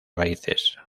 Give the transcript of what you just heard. raíces